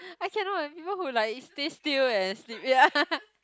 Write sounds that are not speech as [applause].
I cannot when people who like stay still and sleep ya [laughs]